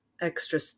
extra